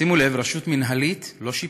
שימו לב, רשות מינהלית, לא שיפוטית,